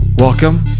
Welcome